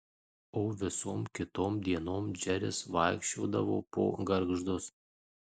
o visom kitom dienom džeris vaikščiodavo po gargždus